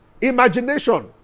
imagination